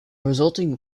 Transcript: resulting